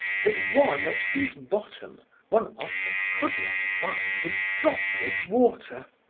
but one at whose bottom one often could not find a drop of water.